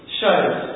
shows